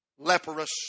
Leprous